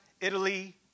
Italy